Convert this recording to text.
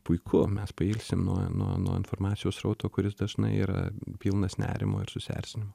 puiku mes pailsim nuo nuo nuo informacijos srauto kuris dažnai yra pilnas nerimo ir susierzinimo